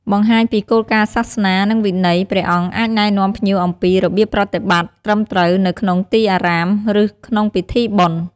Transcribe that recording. នេះរួមបញ្ចូលទាំងការស្លៀកពាក់សមរម្យ របៀបធ្វើគារវកិច្ចចំពោះព្រះរតនត្រ័យ ការរក្សាភាពស្ងៀមស្ងាត់ និងការគោរពវិន័យផ្សេងៗ។